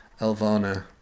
Elvana